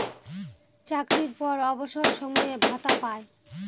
চাকরির পর অবসর সময়ে ভাতা পায়